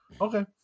okay